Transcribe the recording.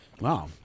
Wow